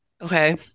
Okay